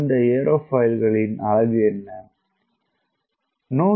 அந்த ஏரோஃபாயில்களின் அழகு என்ன